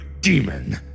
demon